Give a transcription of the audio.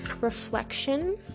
Reflection